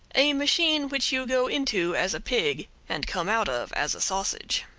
a machine which you go into as a pig and come out of as a sausage.